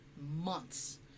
Months